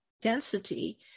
density